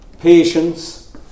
Patience